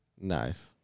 Nice